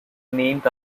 named